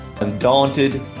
Undaunted